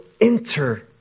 enter